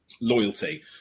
loyalty